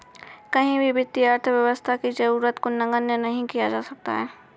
कहीं भी वित्तीय अर्थशास्त्र की जरूरत को नगण्य नहीं किया जा सकता है